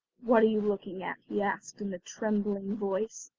what are you looking at he asked in a trembling voice.